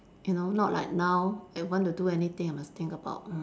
you know not like now I want to do anything I must think about mm